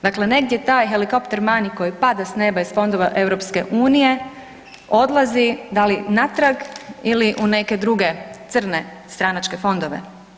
Dakle negdje taj helicopter money koji pada s neba iz fondova EU odlazi, da li natrag ili u neke druge, crne stranačke fondove.